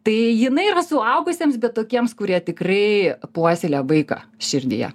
tai jinai yra suaugusiems bet tokiems kurie tikrai puoselėja vaiką širdyje